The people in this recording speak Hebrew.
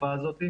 בתקופה הזאת.